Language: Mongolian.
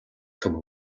түмэн